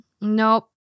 nope